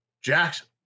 Jackson